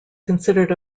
considered